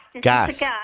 Gas